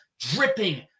dripping